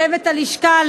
לצוות הלשכה,